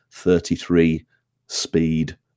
33-speed